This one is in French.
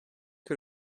que